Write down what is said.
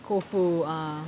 koufu ah